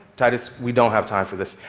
titus, we don't have time for this.